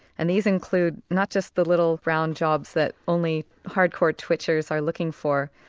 and these include not just the little brown jobs that only hard-core twitchers are looking for,